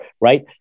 right